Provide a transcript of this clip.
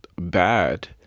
bad